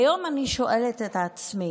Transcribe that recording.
היום אני שואלת את עצמי,